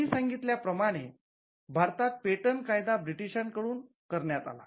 आधी सांगितल्या प्रमाणे भारतात पेटंट कायदा ब्रिटिशां कडून घेण्यात आला